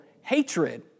hatred